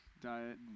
diet